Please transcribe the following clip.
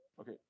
Okay